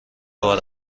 بار